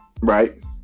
Right